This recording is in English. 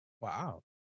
Wow